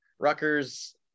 Rutgers